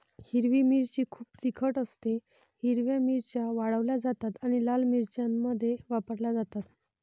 हिरवी मिरची खूप तिखट असतेः हिरव्या मिरच्या वाळवल्या जातात आणि लाल मिरच्यांमध्ये वापरल्या जातात